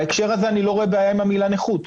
בהקשר הזה אני לא רואה בעיה עם המילה נכות,